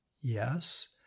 Yes